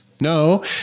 No